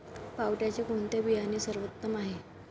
पावट्याचे कोणते बियाणे सर्वोत्तम आहे?